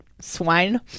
swine